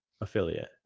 affiliate